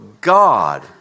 God